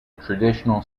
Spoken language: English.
traditional